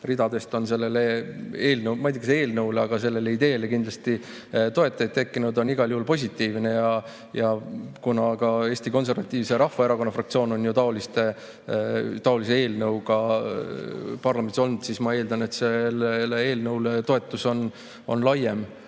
ridadest sellele eelnõule – ma ei tea, kas just eelnõule, aga sellele ideele kindlasti – toetajaid tekkinud, on igal juhul positiivne. Kuna ka Eesti Konservatiivse Rahvaerakonna fraktsioon on ju taolise eelnõuga parlamendis olnud, siis ma eeldan, et toetus on laiem.